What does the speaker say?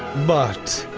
but.